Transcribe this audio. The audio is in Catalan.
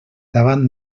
davant